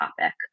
topic